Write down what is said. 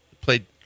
Played